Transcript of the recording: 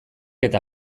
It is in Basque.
eta